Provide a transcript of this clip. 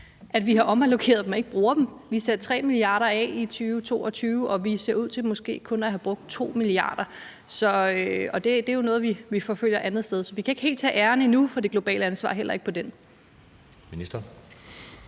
at vi har omallokeret dem og ikke bruger dem. Vi har sat 3 mia. kr. af i 2022, og vi ser ud til måske kun at have brugt 2 mia. kr., og det er jo noget, vi forfølger andetsteds. Så vi kan ikke helt tage æren endnu for at vise globalt ansvar – heller